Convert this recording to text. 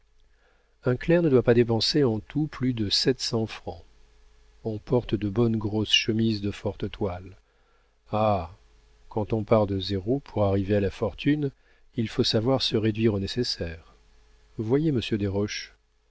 un clerc ne doit pas dépenser en tout plus de sept cents francs on porte de bonnes grosses chemises de forte toile ah quand on part de zéro pour arriver à la fortune il faut savoir se réduire au nécessaire voyez monsieur desroches